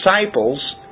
disciples